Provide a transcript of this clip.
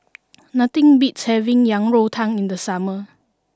nothing beats having Yang Rou Tang in the summer